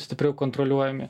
stipriau kontroliuojami